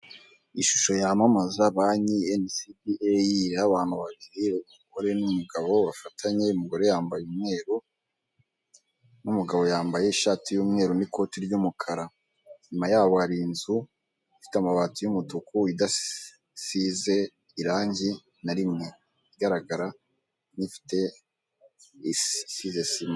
Abagabo babiri bambaye amasoti y'icyatsi kibisi yanditseho vuba bambaye kandi n'amakasike mu mutwe biragaragara neza cyane ko ari abamotari hanyuma kandi biragaragara ko akaboko kabo ko bafashe ku gikapu cy'icyatsi kibisi cyanditseho vuba, icyo gikapu giteretse kuri moto biragaragara cyane ko aribo bifashishwa, muku kujyana ibicuruzwa biba byaguzwe n'abaturage batandukanye babigeze aho bari.